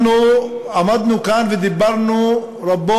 אנחנו עמדנו כאן בכנסת הקודמת ודיברנו רבות